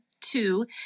two